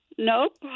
Nope